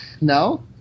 No